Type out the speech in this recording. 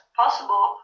possible